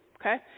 okay